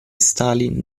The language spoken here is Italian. stalin